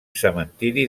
cementiri